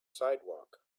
sidewalk